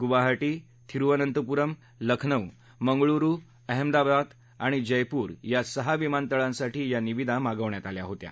गुवाहारी थिरुअनंतपुरम लखनऊ मंगळूरु अहमदाबाद आणि जयपूर या सहा विमानतळांसाठी या निविदा मागवण्यात आल्या होत्या